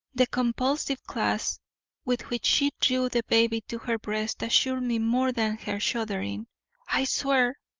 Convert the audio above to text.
the convulsive clasp with which she drew the baby to her breast assured me more than her shuddering i swear!